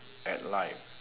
at life